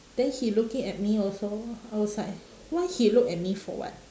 then he looking at me also I was like why he look at me for what